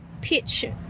pitch